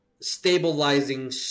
stabilizing